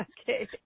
Okay